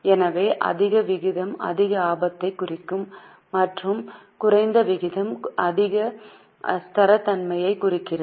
எனவே அதிக விகிதம் அதிக ஆபத்தை குறிக்கும் மற்றும் குறைந்த விகிதம் அதிக ஸ்திரத்தன்மையைக் குறிக்கிறது